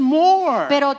more